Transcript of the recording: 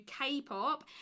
K-pop